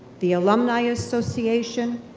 the alumni association,